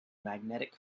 magnetic